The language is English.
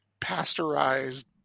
pasteurized